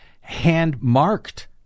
hand-marked